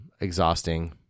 exhausting